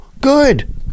good